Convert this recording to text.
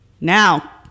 Now